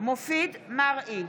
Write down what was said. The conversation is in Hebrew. מופיד מרעי,